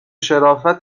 شرافتش